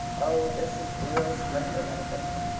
oh, this is real splendid, i think.